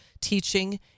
teaching